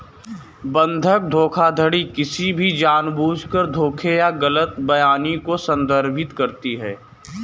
बंधक धोखाधड़ी किसी भी जानबूझकर धोखे या गलत बयानी को संदर्भित करती है